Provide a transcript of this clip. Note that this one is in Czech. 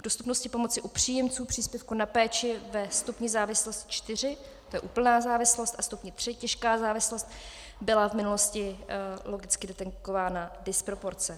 V dostupnosti pomoci u příjemců příspěvku na péče ve stupni závislosti čtyři, to je úplná závislost, a stupni tři, těžká závislost, byla v minulosti logicky detekována disproporce.